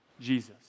Jesus